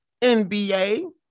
NBA